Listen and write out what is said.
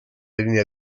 linea